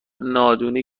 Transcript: نادونی